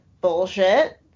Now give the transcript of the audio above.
bullshit